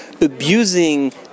abusing